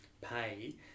pay